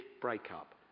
breakup